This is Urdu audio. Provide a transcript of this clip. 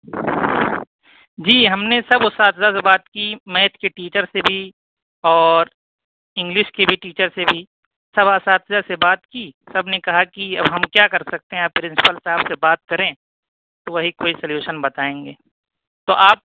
جی ہم نے سب اساتذہ سے بات کی میتھ کے ٹیچر سے بھی اور انگلش کے بھی ٹیچر سے بھی سب اساتذہ سے بات کی سب نے کہا کہ اب ہم کیا کر سکتے ہیں آپ پرنسپل صاحب سے بات کریں تو وہی کوئی سلیوشن بتائیں گے تو آپ